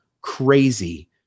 crazy